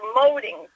promoting